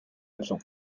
absent